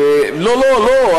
לא, לא, לא.